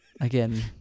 Again